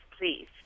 please